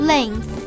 Length